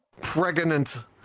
pregnant